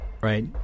right